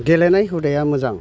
गेलेनाय हुदाया मोजां